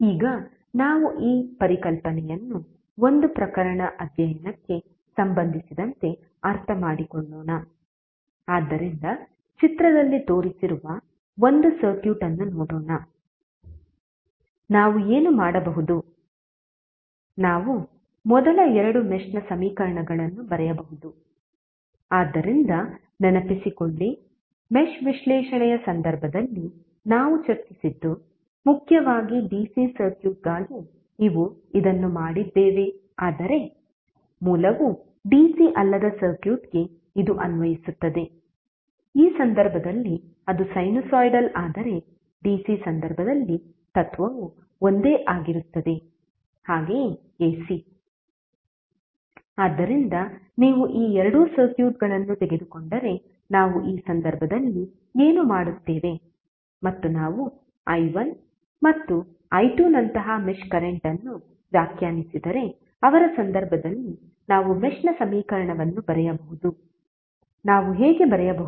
ಈಗ ನಾವು ಈ ಪರಿಕಲ್ಪನೆಯನ್ನು ಒಂದು ಪ್ರಕರಣ ಅಧ್ಯಯನಕ್ಕೆ ಸಂಬಂಧಿಸಿದಂತೆ ಅರ್ಥಮಾಡಿಕೊಳ್ಳೋಣ ಆದ್ದರಿಂದ ಚಿತ್ರದಲ್ಲಿ ತೋರಿಸಿರುವ ಒಂದು ಸರ್ಕ್ಯೂಟ್ ಅನ್ನು ನೋಡೋಣ ನಾವು ಏನು ಮಾಡಬಹುದು ನಾವು ಮೊದಲ ಎರಡು ಮೆಶ್ ನ ಸಮೀಕರಣಗಳನ್ನು ಬರೆಯಬಹುದು ಆದ್ದರಿಂದ ನೆನಪಿಸಿಕೊಳ್ಳಿ ಮೆಶ್ ವಿಶ್ಲೇಷಣೆಯ ಸಂದರ್ಭದಲ್ಲಿ ನಾವು ಚರ್ಚಿಸಿದ್ದು ಮುಖ್ಯವಾಗಿ ಡಿಸಿ ಸರ್ಕ್ಯೂಟ್ಗಾಗಿ ನಾವು ಇದನ್ನು ಮಾಡಿದ್ದೇವೆ ಆದರೆ ಮೂಲವು ಡಿಸಿ ಅಲ್ಲದ ಸರ್ಕ್ಯೂಟ್ಗೆ ಇದು ಅನ್ವಯಿಸುತ್ತದೆ ಈ ಸಂದರ್ಭದಲ್ಲಿ ಅದು ಸೈನುಸಾಯಿಡಲ್ ಆದರೆ ಡಿಸಿ ಸಂದರ್ಭದಲ್ಲಿ ತತ್ವವು ಒಂದೇ ಆಗಿರುತ್ತದೆ ಹಾಗೆಯೇ ಎಸಿ ಆದ್ದರಿಂದ ನೀವು ಎರಡು ಸರ್ಕ್ಯೂಟ್ಗಳನ್ನು ತೆಗೆದುಕೊಂಡರೆ ನಾವು ಈ ಸಂದರ್ಭದಲ್ಲಿ ಏನು ಮಾಡುತ್ತೇವೆ ಮತ್ತು ನಾವು i1 ಮತ್ತು i2 ನಂತಹ ಮೆಶ್ ಕರೆಂಟ್ ಅನ್ನು ವ್ಯಾಖ್ಯಾನಿಸಿದರೆ ಅವರ ಸಂದರ್ಭದಲ್ಲಿ ನಾವು ಮೆಶ್ ನ ಸಮೀಕರಣವನ್ನು ಬರೆಯಬಹುದು ನಾವು ಹೇಗೆ ಬರೆಯಬಹುದು